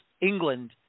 England